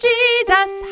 Jesus